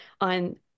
on